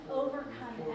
overcome